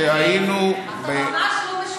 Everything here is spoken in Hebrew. אתה ממש לא משוכנע.